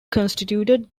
constituted